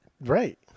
Right